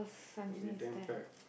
will be damn packed